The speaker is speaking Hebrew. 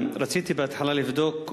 רציתי בהתחלה לבדוק,